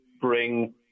bring